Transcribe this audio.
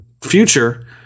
future